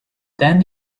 then